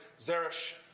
Zeresh